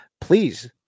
please